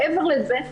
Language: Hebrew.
מעבר לזה,